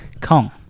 kong